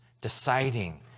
deciding